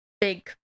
big